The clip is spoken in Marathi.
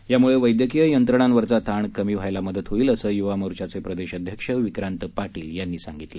यामूळे वैद्यकीय यंत्रणावरचा ताण कमी व्हायला मदत होईल असं युवा मोर्चाचे प्रदेश अध्यक्ष विक्रांत पाटील यांनी सांगितलं